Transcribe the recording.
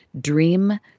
dream